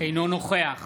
אינו נוכח